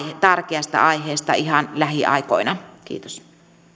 tärkeästä aiheesta ihan lähiaikoina kiitos